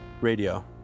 Radio